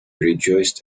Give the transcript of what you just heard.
rejoiced